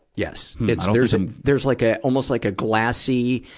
yes. there's a, there's like a, almost like a glassy,